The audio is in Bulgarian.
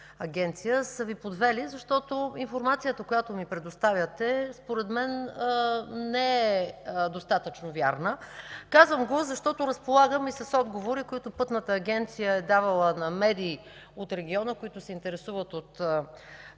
агенция, са Ви подвели, защото информацията, която ми предоставяте, според мен не е достатъчно вярна. Казвам го, защото разполагам и с отговори, които Пътната агенция е давала на медии от региона, които се интересуват от